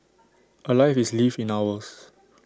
A life is lived in hours